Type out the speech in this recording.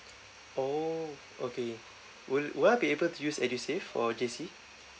oh okay would would I be able to use edusave for J_C